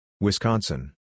Wisconsin